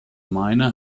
miner